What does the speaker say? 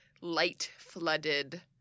light-flooded